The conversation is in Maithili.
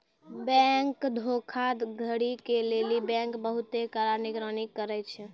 बैंक धोखाधड़ी के लेली बैंक बहुते कड़ा निगरानी करै छै